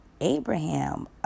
Abraham